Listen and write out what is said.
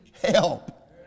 help